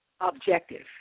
objective